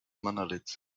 monolith